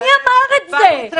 מי אמר את זה?